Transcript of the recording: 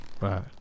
Right